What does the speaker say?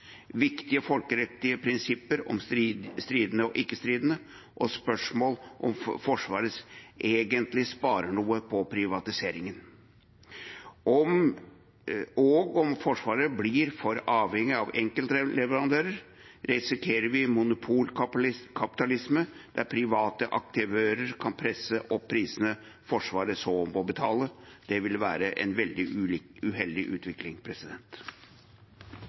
viktige folkerettslige prinsipper om stridende og ikke-stridende og spørsmål om Forsvaret egentlig sparer noe på privatisering. Og om Forsvaret blir for avhengig av enkeltleverandører, risikerer vi monopolkapitalisme der private aktører kan presse opp prisene, som Forsvaret så må betale. Det ville være en veldig uheldig utvikling.